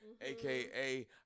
aka